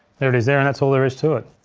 there it is there and that's all there is to it.